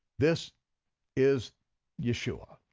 this is yeshua,